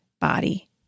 body